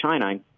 China